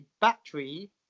battery